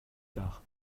tard